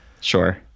Sure